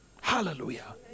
Hallelujah